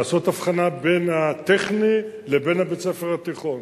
ולעשות הבחנה בין הטכני לבין בית-הספר התיכון.